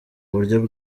buryo